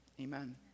Amen